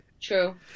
True